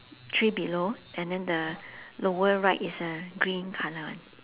three below and then the lower right is a green colour one